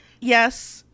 Yes